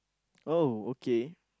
oh okay